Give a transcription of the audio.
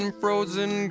frozen